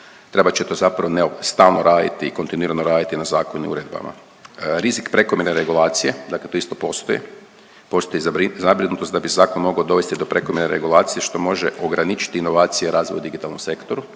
trebat će to zapravo stalno raditi i kontinuirano raditi na zakonu i uredbama. Rizik prekomjerne regulacije, dakle to isto postoji, postoji zabrinutost da bi zakon mogao dovesti do prekomjerne regulacije što može ograničiti inovacije razvoju digitalnom sektoru,